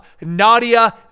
Nadia